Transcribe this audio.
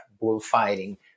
bullfighting